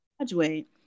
graduate